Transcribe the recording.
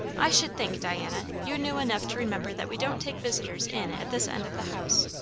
i should think, diana, you knew enough to remember that we don't take visitors in at this end of the house,